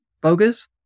bogus